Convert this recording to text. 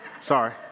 Sorry